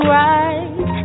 right